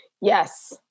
Yes